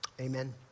Amen